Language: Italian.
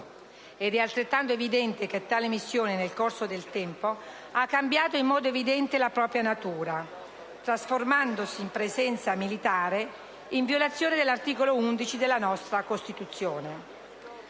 È altrettanto evidente che tale missione nel corso del tempo ha cambiato la propria natura trasformandosi in presenza militare, in violazione dell'articolo 11 della nostra Costituzione.